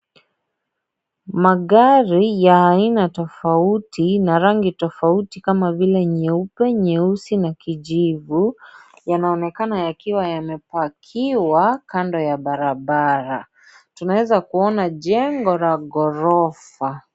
Magari ya aina tofauti na rangi tofauti kama vile nyeupe , nyeusi na kijivu, yanaonekana yakiwa yamepakiwa kando ya barabara. Tunaweza kuona jengo la ghorofa.